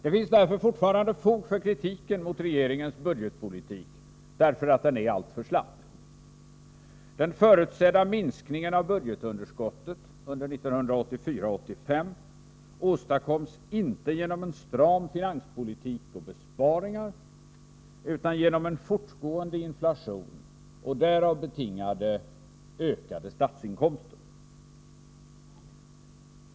Det finns därför fortfarande fog för kritiken mot regeringens budgetpolitik därför att den är alltför slapp. Den förutsedda minskningen av budgetunderskottet under 1984/85 åstadkommes inte genom en stram finanspolitik och besparingar utan genom en fortgående inflation och därav betingade ökade skatteinkomster.